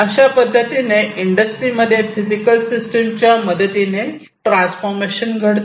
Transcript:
अशा पद्धतीने इंडस्ट्रीमध्ये फिजिकल सिस्टिमच्या मदतीने ट्रान्सफॉर्मेशन घडते